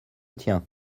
tien